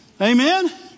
Amen